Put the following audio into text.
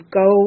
go